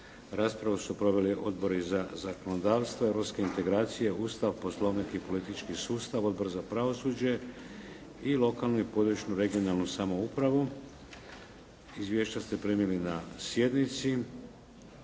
Raspravu su proveli Odbori za zakonodavstvo, europske integracije, Ustav, Poslovnik i politički sustav, Odbor za pravosuđe i lokalnu i područnu, regionalnu samoupravu. Izvješća ste primili na sjednici.